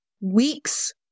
weeks